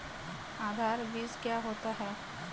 आधार बीज क्या होता है?